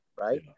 right